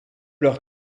leurs